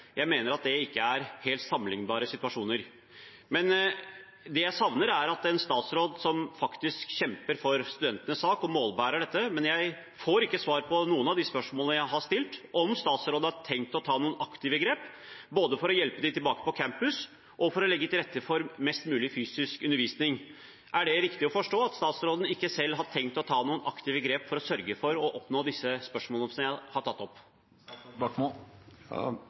mener jeg ikke er helt sammenlignbare situasjoner. Det jeg savner, er en statsråd som faktisk kjemper for studentenes sak og målbærer dette. Men jeg får ikke svar på noen av de spørsmålene jeg har stilt, om statsråden har tenkt å ta noen aktive grep, både for å hjelpe dem tilbake på campus og for å legge til rette for mest mulig fysisk undervisning. Er det riktig forstått at statsråden ikke selv har tenkt å ta noen aktive grep for å sørge for å oppnå det jeg har tatt opp